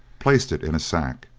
placed it in a sack,